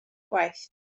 gwaith